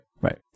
right